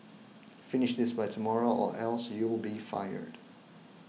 finish this by tomorrow or else you'll be fired